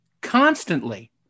constantly